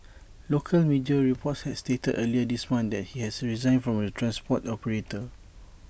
local media reports had stated earlier this month that he had resigned from the transport operator